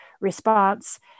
response